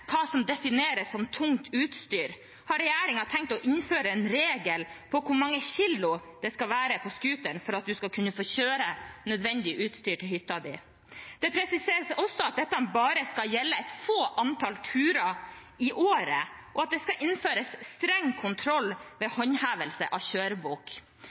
hva som defineres som tungt utstyr. Har regjeringen tenkt å innføre en regel for hvor mange kilo det skal være på scooteren for at man skal kunne få kjøre nødvendig utstyr til hytta? Det presiseres også at dette bare skal gjelde et få antall turer i året, og at det skal innføres streng kontroll ved håndhevelse av